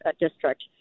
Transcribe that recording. district